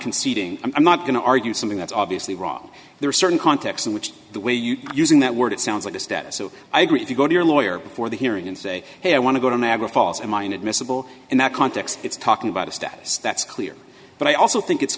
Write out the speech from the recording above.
conceding i'm not going to argue something that's obviously wrong there are certain contexts in which the way you are using that word it sounds like a step so i agree if you go to your lawyer before the hearing and say hey i want to go to nagra falls in line admissible in that context it's talking about a status that's clear but i also think it's